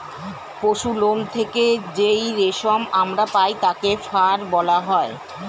পশুর লোম থেকে যেই রেশম আমরা পাই তাকে ফার বলা হয়